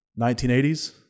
1980s